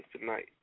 tonight